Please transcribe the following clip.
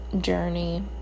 journey